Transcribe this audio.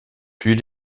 puis